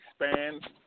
expand